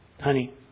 Honey